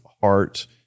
heart